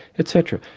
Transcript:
etc.